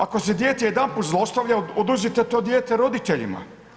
Ako se dijete jedanput zlostavlja, oduzmite to dijete roditeljima.